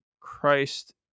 Christ